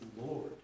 Lord